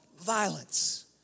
violence